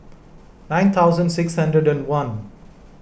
nine thousand six hundred and one